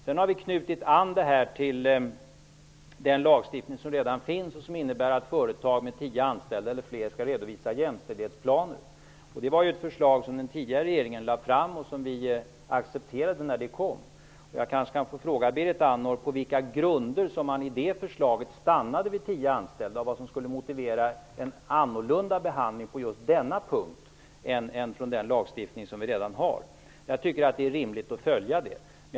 Sedan har vi knutit an det här till den lagstiftning som redan finns och som innebär att företag med tio anställda eller fler skall redovisa jämställdhetsplaner. Det var ett förslag som den tidigare regeringen lade fram och som vi accepterade när det kom. Jag kanske kan få fråga Berit Andnor på vilka grunder man i det förslaget stannade vid tio anställda och vad som skulle motivera en annorlunda behandling, i förhållande till den lagstiftning som vi redan har, på just denna punkt. Jag tycker att det är rimligt att följa den lagen.